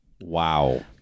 Wow